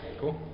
Cool